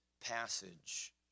passage